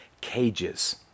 cages